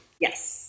Yes